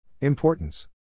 Importance